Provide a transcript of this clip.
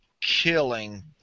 killing